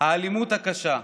האלימות הקשה,